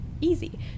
easy